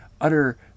utter